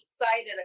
excited